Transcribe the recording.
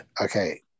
Okay